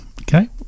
okay